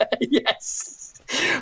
Yes